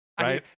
right